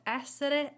essere